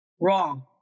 Wrong